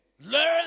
Learn